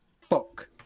fuck